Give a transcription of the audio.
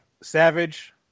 Savage